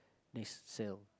next cell